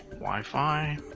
wifi